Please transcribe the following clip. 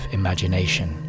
imagination